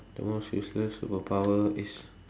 the most useless superpower is